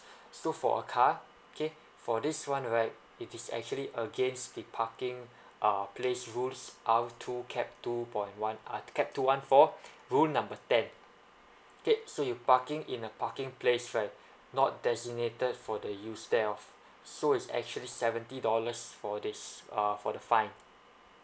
so for a car okay for this [one] right it is actually against the parking uh place rules R two cap two point one uh cap two one four rule number ten K so you parking in a parking place right not designated for the use there off so it's actually seventy dollars for this uh for the fine